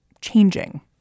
changing